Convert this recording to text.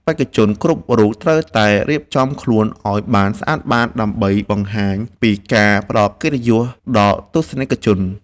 បេក្ខជនគ្រប់រូបត្រូវតែរៀបចំខ្លួនឱ្យបានស្អាតបាតដើម្បីបង្ហាញពីការផ្ដល់កិត្តិយសដល់ទស្សនិកជន។